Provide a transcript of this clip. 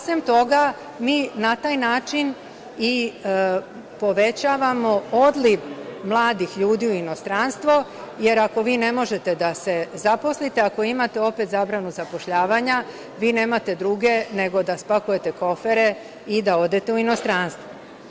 Sem toga, mi na taj način i povećavamo odliv mladih ljudi u inostranstvo, jer ako vi ne možete da se zaposlite, ako imate opet zabranu zapošljavanja, vi nemate druge nego da spakujete kofere i da odete u inostranstvo.